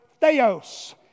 Theos